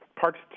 part's